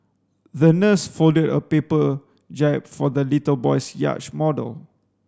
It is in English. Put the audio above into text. the nurse folded a paper jab for the little boy's yacht model